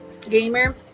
gamer